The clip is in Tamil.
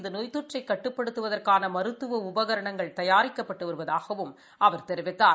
இந்த நோய் தொற்றை கட்டுப்படுத்துவதற்கான மருத்துவ உபகரணங்கள் தயாரிக்கப்பட்டு வருவதாகவும் அவர் தெரிவித்தார்